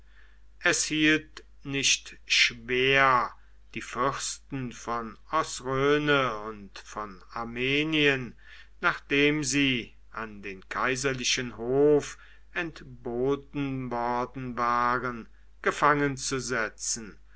es hielt nicht schwer die fürsten von osrhoene und von armenien nachdem sie an den kaiserlichen hof entboten worden waren gefangen zu